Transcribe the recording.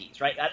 right